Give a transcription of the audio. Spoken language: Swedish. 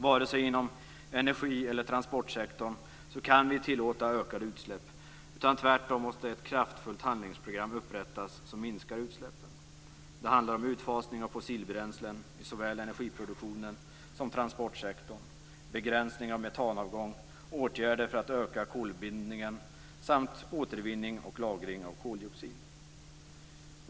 Vi kan inte tillåta ökade utsläpp vare sig inom energi eller transportsektorn. Tvärtom måste ett kraftfullt handlingsprogram som minskar utsläppen upprättas. Det handlar om utfasning av fossilbränslen i såväl energiproduktionen som transportsektorn, begränsning av metanavgång, åtgärder för att öka kolbindningen samt återvinning och lagring av koldioxid.